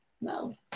No